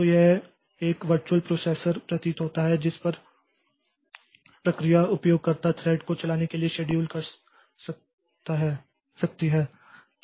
तो यह एक वर्चुअल प्रोसेसर प्रतीत होता है जिस पर प्रक्रिया उपयोगकर्ता थ्रेड को चलाने के लिए शेड्यूल कर सकती है